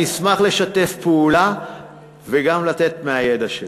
אני אשמח לשתף פעולה וגם לתת מהידע שלי.